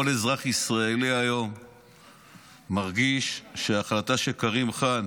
כל אזרח ישראלי מרגיש היום שההחלטה של כרים קאן,